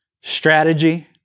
Strategy